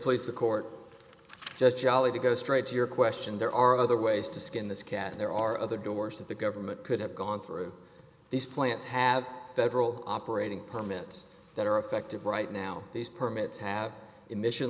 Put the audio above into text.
place the court just jolly to go straight to your question there are other ways to skin this cat there are other doors that the government could have gone through these plants have federal operating permits that are affected right now these permits have emission